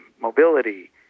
mobility